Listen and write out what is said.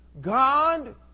God